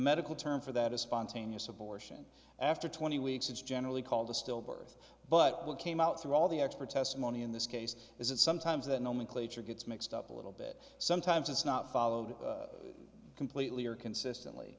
medical term for that is spontaneous abortion after twenty weeks it's generally called a stillbirth but what came out through all the expert testimony in this case is that sometimes that nomenclature gets mixed up a little bit sometimes it's not followed completely or consistently